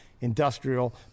industrial